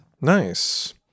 Nice